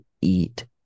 eat